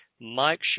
Mike